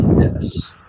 yes